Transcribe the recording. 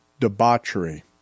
debauchery